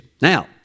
Now